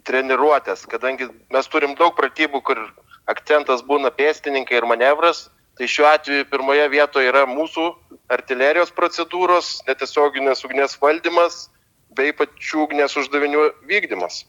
treniruotes kadangi mes turim daug pratybų kur akcentas būna pėstininkai ir manevras tai šiuo atveju pirmoje vietoj yra mūsų artilerijos procedūros netiesioginės ugnies valdymas bei pačių ugnies uždavinių vykdymas